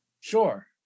Sure